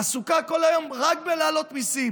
עסוקה כל היום רק בלהעלות מיסים.